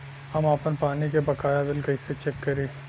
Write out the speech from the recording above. हम आपन पानी के बकाया बिल कईसे चेक करी?